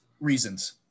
reasons